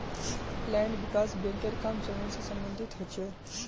land विकास बैंकेर काम जमीन से सम्बंधित ह छे